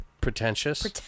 Pretentious